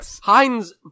Heinz